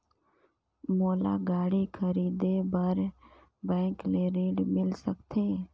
मोला गाड़ी खरीदे बार बैंक ले ऋण मिल सकथे?